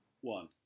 One